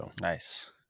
Nice